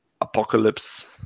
Apocalypse